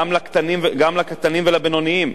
גם לקטנים ולבינוניים,